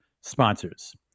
sponsors